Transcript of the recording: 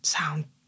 Sound